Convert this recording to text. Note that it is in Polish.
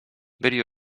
byli